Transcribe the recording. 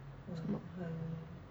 什么